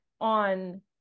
on